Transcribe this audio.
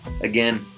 again